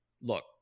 Look